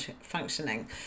functioning